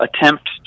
attempt